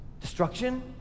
destruction